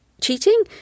cheating